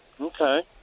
Okay